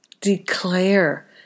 declare